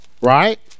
right